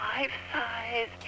life-size